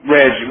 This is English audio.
Reg